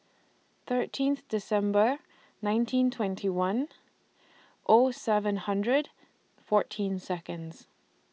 thirteenth December nineteen twenty one O seven hundred fourteen Seconds